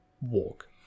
walk